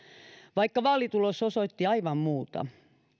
vaikka vaalitulos osoitti aivan muuta on